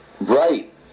right